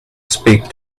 speak